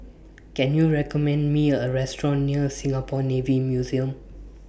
Can YOU recommend Me A Restaurant near Singapore Navy Museum